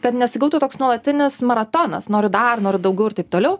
kad nesigautų toks nuolatinis maratonas noriu dar noriu daugiau ir taip toliau